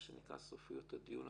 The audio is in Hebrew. סופיות הדיון.